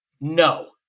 No